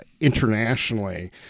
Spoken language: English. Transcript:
internationally